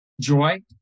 joy